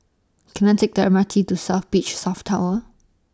Can I Take The M R T to South Beach South Tower